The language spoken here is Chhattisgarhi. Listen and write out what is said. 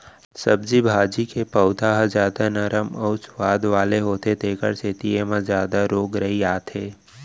सब्जी भाजी के पउधा ह जादा नरम अउ सुवाद वाला होथे तेखर सेती एमा जादा रोग राई आथे